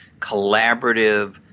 collaborative